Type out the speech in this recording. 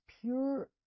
pure